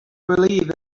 believe